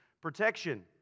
protection